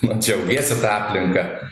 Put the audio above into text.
džiaugiesi ta aplinka